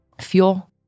Fuel